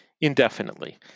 indefinitely